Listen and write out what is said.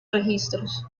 registros